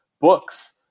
Books